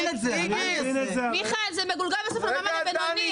זה מגולגל בסוף על המעמד הבינוני,